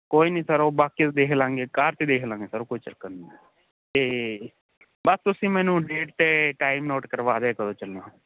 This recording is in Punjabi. ਕੋਈ ਨੀ ਸਰ ਉਹ ਬਾਕੀ ਦੇਖਲਾਂਗੇ ਕਾਰ 'ਚ ਦੇਖਲਾਂਗੇ ਸਰ ਕੋਈ ਚੱਕਰ ਨੀ ਆ ਤੇ ਬਸ ਤੁਸੀਂ ਮੈਨੂੰ ਡੇਟ ਤੇ ਟਾਈਮ ਨੋਟ ਕਰਵਾ ਦਿਆ ਕਦੋਂ ਚੱਲਣਾ